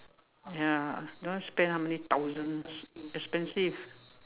ya don't know spend how many thousands expensive